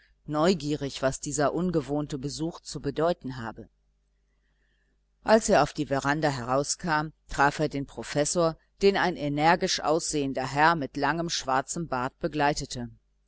neugierig was dieser ungewohnte besuch zu bedeuten habe als er auf die veranda hinauskam traf er den professor den ein energisch aussehender herr mit langem schwarzem bart begleitete